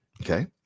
Okay